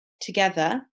together